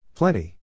Plenty